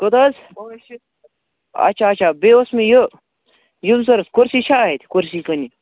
کوٚت حظ اَچھا اَچھا بیٚیہِ اوس مےٚ یہِ یِم ضروٗرت کُرسی چھا اَتہِ کُرسی کٕننہِ